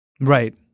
Right